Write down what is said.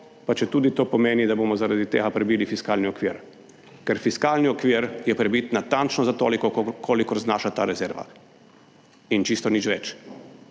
pa četudi to pomeni, da bomo zaradi tega prebili fiskalni okvir, ker fiskalni okvir je pribit natančno za toliko, kolikor znaša ta rezerva, in čisto nič več.